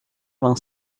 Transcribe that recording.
vingt